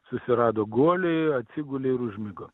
susirado guolį atsigulė ir užmigo